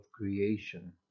creation